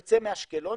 מאשקלון,